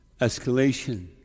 Escalation